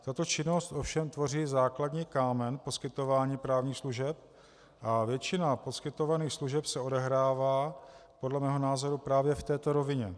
Tato činnost ovšem tvoří základní kámen poskytování právních služeb a většina poskytovaných služeb se odehrává podle mého názoru právě v této rovině.